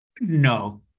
no